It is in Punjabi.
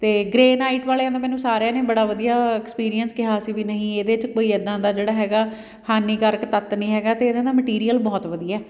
ਅਤੇ ਗ੍ਰੇਨਾਈਟ ਵਾਲਿਆਂ ਦਾ ਮੈਨੂੰ ਸਾਰਿਆਂ ਨੇ ਬੜਾ ਵਧੀਆ ਐਕਸਪੀਰੀਅੰਸ ਕਿਹਾ ਸੀ ਵੀ ਨਹੀਂ ਇਹਦੇ 'ਚ ਕੋਈ ਇੱਦਾਂ ਦਾ ਜਿਹੜਾ ਹੈਗਾ ਹਾਨੀਕਾਰਕ ਤੱਤ ਨਹੀਂ ਹੈਗਾ ਅਤੇ ਇਹਨਾਂ ਦਾ ਮਟੀਰੀਅਲ ਬਹੁਤ ਵਧੀਆ